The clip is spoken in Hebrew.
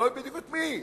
אני לא יודע בדיוק את מי.